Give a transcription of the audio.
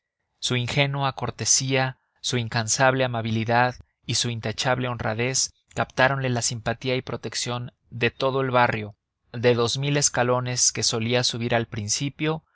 su ingenua cortesía su incansable amabilidad y su intachable honradez captáronle la simpatía y protección de todo el barrio de dos mil escalones que solía subir al principio